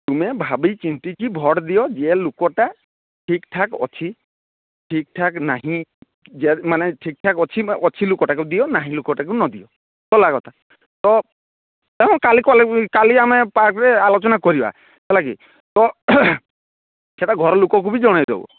ତୁମେ ଭାବିଚିନ୍ତିକି ଭୋଟ୍ ଦିଅ ଯିଏ ଲୋକଟା ଠିକ୍ ଠାକ୍ ଅଛି ଠିକ୍ ଠାକ୍ ନାହିଁ ଯେଉଁ ମାନେ ଠିକ୍ ଠାକ୍ ଅଛି ଲୋକଟାକୁ ଦିଅ ନାହିଁ ଲୋକଟାକୁ ନ ଦିଅ ଗଲାକଥା ତ ମୁଁ କାଲି ଗଲେ କାଲି ଆମେ ପାର୍କ୍ରେ ଆଲୋଚନା କରିବା ହେଲାକି ତ ସେଟା ଘର ଲୋକକୁ ବି ଜଣାଇଦେବ